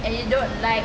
and you don't like